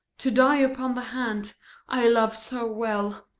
to die upon the hand i love so well.